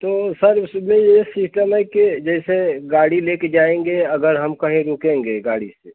तो सर उसमें ये सीटा लेकर जैसे गाड़ी लेकर जाएँगे अगर हम कहीं रुकेंगे गाड़ी से